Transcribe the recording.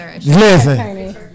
listen